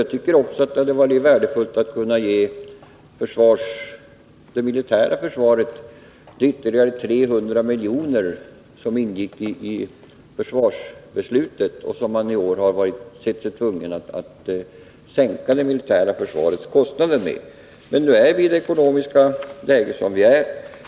Jag tycker också att det hade varit värdefullt att kunna ge det militära försvaret de ytterligare 300 miljoner som ingick i försvarsbeslutet och som man i år har sett sig tvungen att sänka det militära försvarets kostnader med. Men nu är vi i ett kärvt ekonomiskt läge, och